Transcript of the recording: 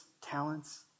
talents